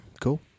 Cool